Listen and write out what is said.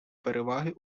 переваги